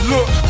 Look